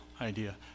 idea